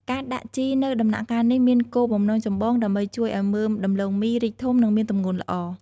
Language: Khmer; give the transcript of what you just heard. ការដាក់ជីនៅដំណាក់កាលនេះមានគោលបំណងចម្បងដើម្បីជួយឱ្យមើមដំឡូងមីរីកធំ និងមានទម្ងន់ល្អ។